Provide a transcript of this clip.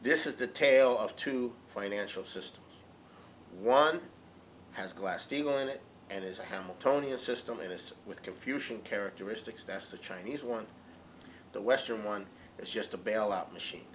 this is the tale of two financial systems one has glass steagall in it and is a hamiltonian system innocent with confusion characteristics that's the chinese one the western one is just a bail out machine